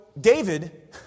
David